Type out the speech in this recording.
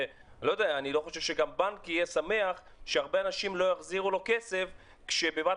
אני לא חושב שגם בנק יהיה שמח שהרבה אנשים לא יחזירו לו כסף כשבבת